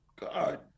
God